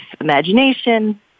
imagination